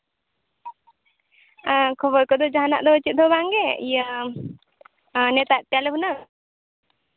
ᱠᱷᱚᱵᱚᱨ ᱠᱚᱫᱚ ᱡᱟᱦᱟᱸᱱᱟᱜ ᱫᱚ ᱪᱮᱫ ᱦᱚᱸ ᱵᱟᱝ ᱜᱮ ᱤᱭᱟᱹ ᱱᱮᱣᱛᱟᱭᱮᱫ ᱯᱮᱭᱟ ᱞᱮ ᱦᱩᱱᱟᱹᱝ